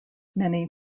many